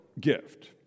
gift